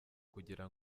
kugira